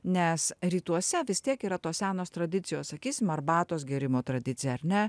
nes rytuose vis tiek yra tos senos tradicijos sakysim arbatos gėrimo tradicija ar ne